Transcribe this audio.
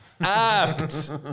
Apt